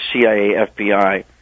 CIA-FBI